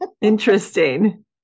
Interesting